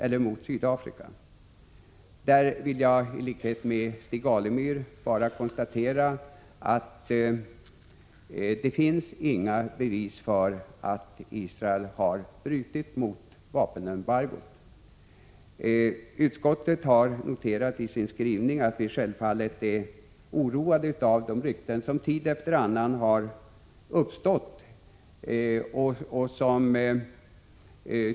På den punkten vill jagilikhet med Stig Alemyr bara konstatera att det inte finns några bevis för att Israel har brutit mot vapenembargot. Utskottet har noterat i sin skrivning att vi självfallet är oroade av de rykten som tid efter annan har uppstått.